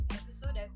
episode